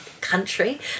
country